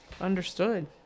Understood